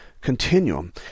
continuum